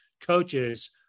coaches